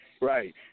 Right